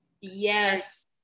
yes